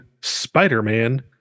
spider-man